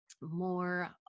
more